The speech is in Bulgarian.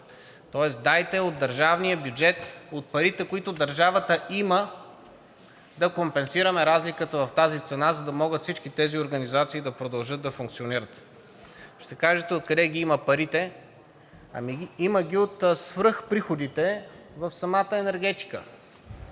Тоест дайте от държавния бюджет, от парите, които държавата има, да компенсираме разликата в тази цена, за да могат всички тези организации да продължат да функционират. Ще кажете: откъде ги има парите? Има ги от свръхприходите в самата енергетика.